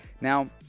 Now